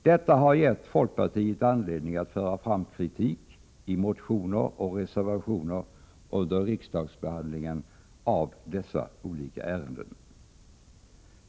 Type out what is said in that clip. Detta har givit folkpartiet anledning att föra fram kritik i motioner och reservationer under riksdagsbehandlingen av dessa olika ärenden.